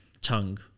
tongue